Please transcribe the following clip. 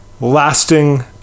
lasting